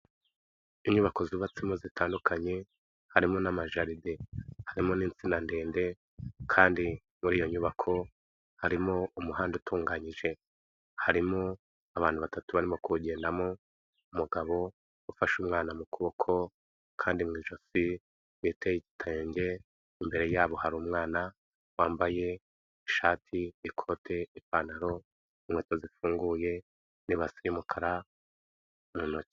Inyubako zubatsemo zitandukanye, harimo n'amajaride. Harimo n'insina ndende kandi muri iyo nyubako, harimo umuhanda utunganyije. Harimo abantu batatu barimo kuwugendamo, umugabo ufashe umwana mu kuboko kandi mu ijosi yiteye igitenge, imbere yabo hari umwana wambaye ishati, ikote, ipantaro, inkweto zifunguye, n'ibasi y'umukara mu ntoki.